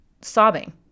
sobbing